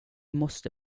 måste